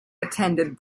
attended